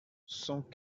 cent